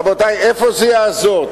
רבותי, איפה זה יעזור?